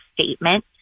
statement